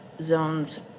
zones